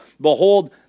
Behold